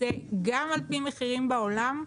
זה גם על פי מחירים בעולם,